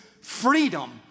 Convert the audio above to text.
freedom